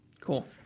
cool